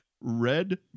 Red